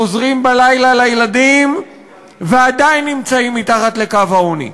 חוזרים בלילה לילדים ועדיין נמצאים מתחת לקו העוני.